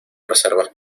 reservas